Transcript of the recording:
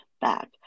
back